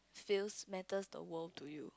feels matters the world to you